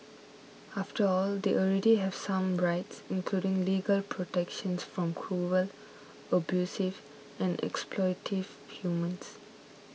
after all they already have some rights including legal protections from cruel abusive or exploitative humans